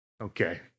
Okay